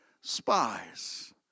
spies